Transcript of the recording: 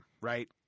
right